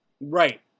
Right